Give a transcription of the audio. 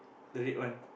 the red one